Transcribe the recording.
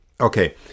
okay